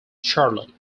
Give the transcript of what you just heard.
charlie